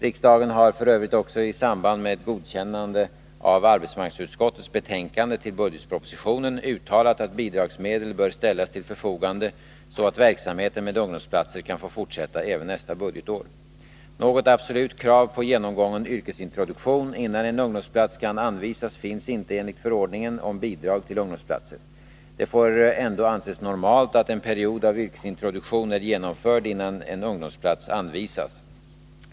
Riksdagen har f. ö. också i samband med godkännande av arbetsmarknadsutskottets betänkande till budgetpropositionen uttalat att bidragsmedel bör ställas till förfogande, så att verksamheten med ungdomsplatser kan få fortsätta även nästa budgetår. Något absolut krav på genomgången yrkesintroduktion innan en ungdomsplats kan anvisas finns inte enligt förordningen om bidrag till ungdomsplatser. Det får ändå anses normalt att en period av yrkesintroduktion är genomförd innan en ungdomsplats anvisas.